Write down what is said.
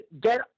get